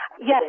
Yes